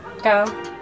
Go